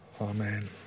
Amen